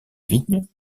vignes